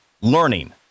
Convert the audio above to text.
learning